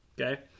Okay